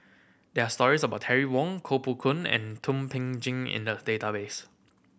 there are stories about Terry Wong Koh Poh Koon and Thum Ping Tjin in the database